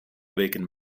wegen